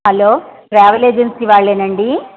hello travel agency వాళ్ళేనండీ